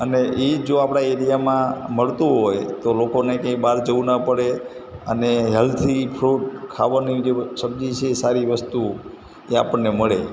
અને એ જો આપણા એરિયામાં મળતું હોય તો લોકોને ક્યાંય બહાર જવું ન પડે અને હેલ્ધી ફ્રૂડ ખાવાની જે સબ્જી છે સારી વસ્તુ એ આપણને મળે